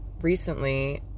recently